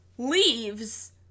leaves